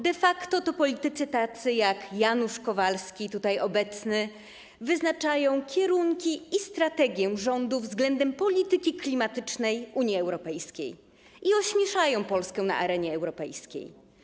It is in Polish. De facto to politycy tacy jak Janusz Kowalski tutaj obecny wyznaczają kierunki polityki i strategię rządu względem polityki klimatycznej Unii Europejskiej i ośmieszają Polskę na arenie europejskiej.